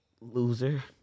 loser